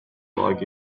log